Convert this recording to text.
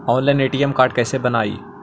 Online ATM card कैसे बनाई?